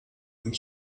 and